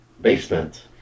basement